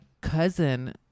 cousin